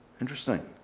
Interesting